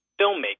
filmmaking